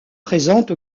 présente